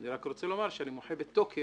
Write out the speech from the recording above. אני רק רוצה לומר שאני מוחה בתוקף